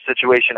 situation